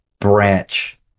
branch